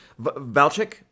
Valchik